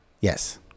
Yes